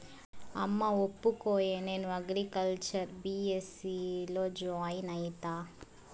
అమ్మా ఒప్పుకోయే, నేను అగ్రికల్చర్ బీ.ఎస్.సీ లో జాయిన్ అయితా